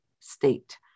state